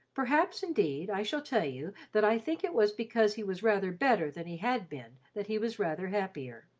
perhaps, indeed, i shall tell you that i think it was because he was rather better than he had been that he was rather happier.